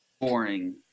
Boring